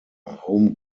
home